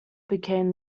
became